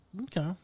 Okay